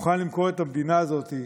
מוכן למכור את המדינה הזאת,